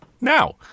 Now